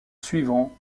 suivants